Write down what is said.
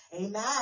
amen